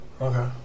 Okay